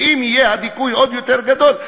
ואם הדיכוי יהיה עוד יותר גדול,